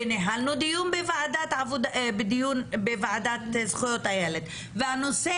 וניהלנו דיון בוועדת זכויות הילד והנושא